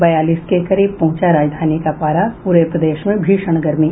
बयालीस के करीब पहुंचा राजधानी का पारा पूरे प्रदेश में भीषण गर्मी